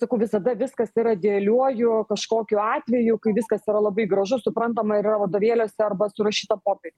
sakau visada viskas yra idealiuoju kažkokiu atveju kai viskas yra labai gražu suprantama yra vadovėliuose arba surašyta popieriuj